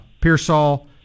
Pearsall